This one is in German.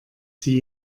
sie